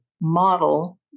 model